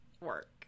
work